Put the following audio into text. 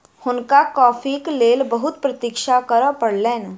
हुनका कॉफ़ीक लेल बहुत प्रतीक्षा करअ पड़लैन